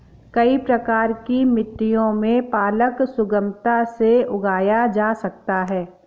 कई प्रकार की मिट्टियों में पालक सुगमता से उगाया जा सकता है